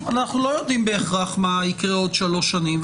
אנחנו לא יודעים בהכרח מה יקרה עוד שלוש שנים,